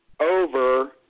over